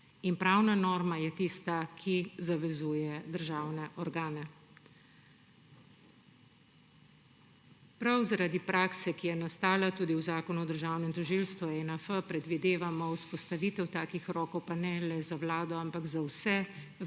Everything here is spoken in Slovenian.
Pravna norma je tista, ki zavezuje državne organe. Prav zaradi prakse, ki je nastala, tudi v Zakonu o državnem tožilstvu 1E predvidevamo vzpostavitev takih rokov, pa ne le za Vlado, ampak za vse